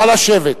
נא לשבת.